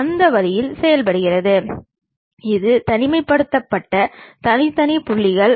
எனவே இது வெவ்வேறு தோற்றங்களை காட்டும் ஒரு நுட்பமாகும்